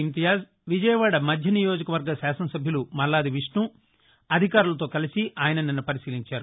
ఇంతియాజ్ విజయవాడ మధ్య నియోజకవర్గ శాసనసభ్యులు మల్లాది విష్ణు అధికారులతో కలసి ఆయన నిన్న పరిశీలించారు